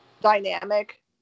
dynamic